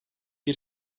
bir